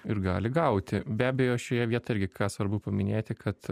ir gali gauti be abejo šioje vietoj irgi ką svarbu paminėti kad